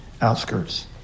outskirts